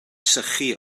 sychu